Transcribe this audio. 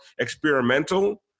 experimental